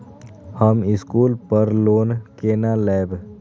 हम स्कूल पर लोन केना लैब?